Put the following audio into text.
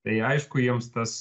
tai aišku jiems tas